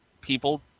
people